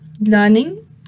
learning